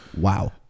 Wow